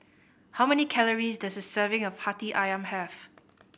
how many calories does a serving of Hati Ayam have